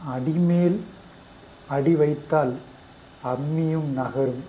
அடிமேல் அடி வைத்தால் அம்மியும் நகரும்